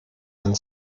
and